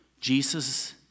Jesus